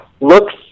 looks